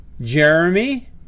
Jeremy